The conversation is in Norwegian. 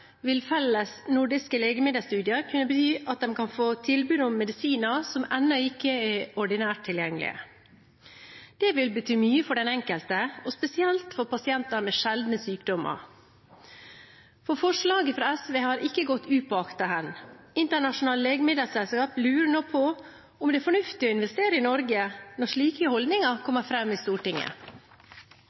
vil felles nordiske legemiddelstudier kunne bety at de kan få tilbud om medisiner som ennå ikke er ordinært tilgjengelige. Det vil bety mye for den enkelte – og spesielt for pasienter med sjeldne sykdommer. Forslaget fra SV har ikke gått upåaktet hen. Internasjonale legemiddelselskaper lurer nå på om det er fornuftig å investere i Norge når slike holdninger kommer fram i Stortinget.